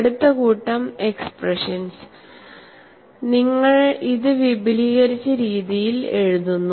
അടുത്ത കൂട്ടം എക്സ്പ്രഷൻസ് നിങ്ങൾ ഇത് വിപുലീകരിച്ച രീതിയിൽ എഴുതുന്നു